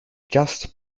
just